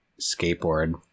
skateboard